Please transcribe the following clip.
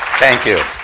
thank you.